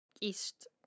east